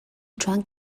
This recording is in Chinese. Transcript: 遗传